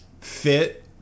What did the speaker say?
fit